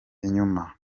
inyuma